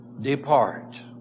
depart